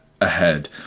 ahead